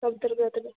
ସବୁଥିରେ ଅଧିକ